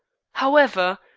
however,